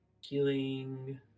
Healing